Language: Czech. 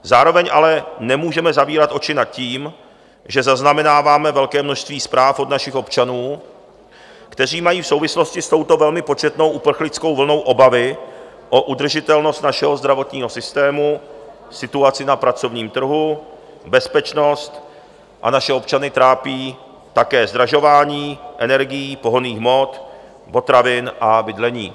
Zároveň ale nemůžeme zavírat oči nad tím, že zaznamenáváme velké množství zpráv od našich občanů, kteří mají v souvislosti s touto velmi početnou uprchlickou vlnou obavy o udržitelnost našeho zdravotního systému, situaci na pracovním trhu, bezpečnost, a naše občany trápí také zdražování energií, pohonných hmot, potravin a bydlení.